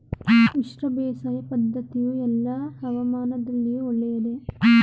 ಮಿಶ್ರ ಬೇಸಾಯ ಪದ್ದತಿಯು ಎಲ್ಲಾ ಹವಾಮಾನದಲ್ಲಿಯೂ ಒಳ್ಳೆಯದೇ?